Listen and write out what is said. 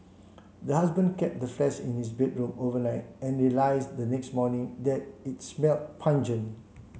the husband kept the in his bedroom overnight and realize the next morning that it smelt pungent